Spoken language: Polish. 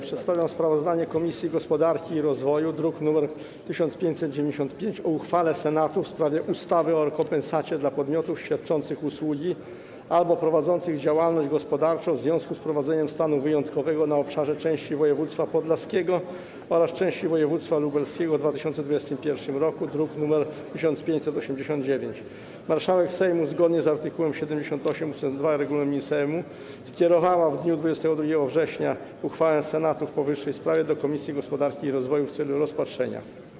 Przedstawiam sprawozdanie Komisji Gospodarki i Rozwoju, druk nr 1595, o uchwale Senatu w sprawie ustawy o rekompensacie dla podmiotów świadczących usługi albo prowadzących działalność gospodarczą w związku z wprowadzeniem stanu wyjątkowego na obszarze części województwa podlaskiego oraz części województwa lubelskiego w 2021 r., druk nr 1589. Marszałek Sejmu, zgodnie z art. 78 ust. 2 regulaminu Sejmu, skierowała w dniu 22 września uchwałę Senatu w powyższej sprawie do Komisji Gospodarki i Rozwoju w celu rozpatrzenia.